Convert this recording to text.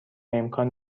امکان